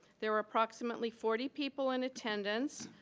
there are approximately forty people in attendance,